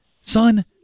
son